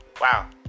Wow